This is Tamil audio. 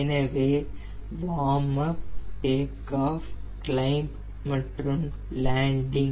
எனவே warm up take off climb மற்றும் லேண்டிங்